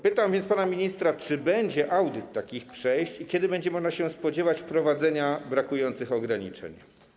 Pytam więc pana ministra, czy będzie audyt takich przejść i kiedy będzie można się spodziewać wprowadzenia brakujących ograniczeń.